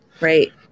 Right